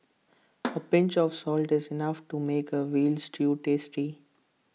A pinch of salt is enough to make A Veal Stew tasty